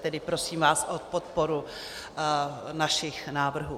Tedy prosím vás o podporu našich návrhů.